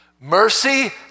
Mercy